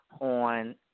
on